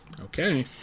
Okay